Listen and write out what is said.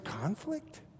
conflict